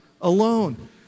alone